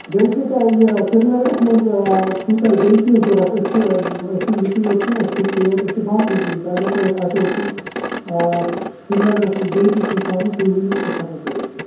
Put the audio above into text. بیٚیہِ چھُو تۄہہِ یہِ سریٖنگرَس منٛز چھُو تۄہہِ بیٚیہِ کیٚنٛہہ ضروٗرت أسۍ چھِ أسۍ چھِ یِتُے یوت چھِنہٕ أسۍ ٹِکٹٕے یٲتۍ أسۍ چھِ باقٕے چیٖز تہِ اگر تۄہہِ آسوٕ سُہ سریٖنگرَس منٛز بیٚیہِ تہِ کیٚنٛہہ کَرُن تُہۍ ؤنِو تہٕ أسۍ ہیٚکو کٔرِتھ تہِ